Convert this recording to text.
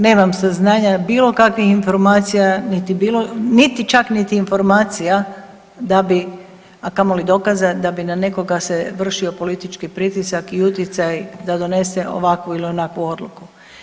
Nemam saznanja, bilo kakvih informacijama niti čak niti informacija da bi, a kamoli dokaza, da bi na nekoga se vršio politički pritisak i utjecaj da donese ovakvu ili onakvu odluku.